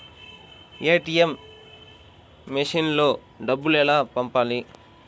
ATM మెషిన్లో డబ్బులు ఎలా పంపాలి?